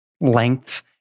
lengths